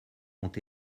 ont